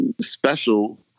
special